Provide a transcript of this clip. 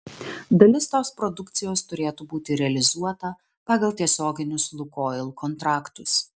dalis tos produkcijos turėtų būti realizuota pagal tiesioginius lukoil kontraktus